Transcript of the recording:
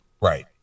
Right